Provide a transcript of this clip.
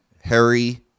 Harry